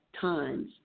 times